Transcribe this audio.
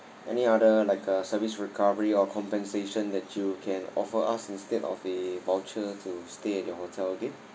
any other like uh service recovery or compensation that you can offer us instead of a voucher to stay at your hotel again